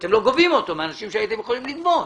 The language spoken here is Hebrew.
שאתם לא גובים אותו מאנשים שהייתם יכולים לגבות,